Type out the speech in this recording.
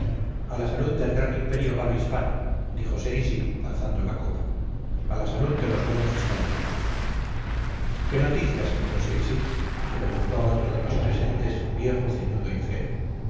a la salud del gran imperio galo hispano dijo cerizy alzando la copa a la salud de los buenos españoles qué noticias amigo cerizy preguntó otro de los presentes viejo ceñudo y feo